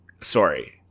sorry